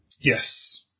Yes